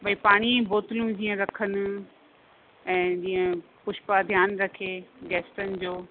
भाई पाणी जी बोतलियूं जीअं रखनि ऐं जीअं पुष्पा ध्यानु रखे गैस्टनि जो